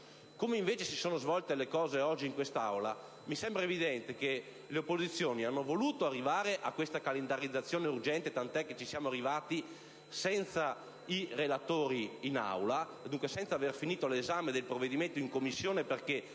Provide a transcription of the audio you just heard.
come invece si sono svolte oggi le cose in quest'Aula, mi sembra evidente che le opposizioni abbiano voluto arrivare a questa calendarizzazione urgente, tant'è che siamo arrivati in Aula senza i relatori e dunque senza che fosse terminato l'esame del provvedimento in Commissione, perché